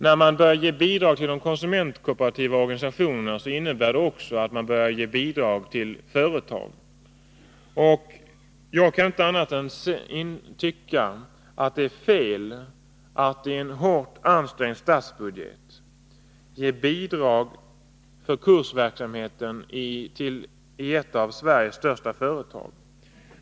När man börjar ge bidrag till de konsumentkooperativa organisationerna innebär det också att man börjar ge bidrag till företag. Jag kan inte tycka annat än att det är fel att i en hårt ansträngd statsbudget ge bidrag för kursverksamheten i ett av Sveriges största företag.